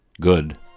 good